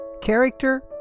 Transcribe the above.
character